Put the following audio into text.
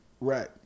right